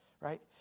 right